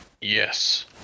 yes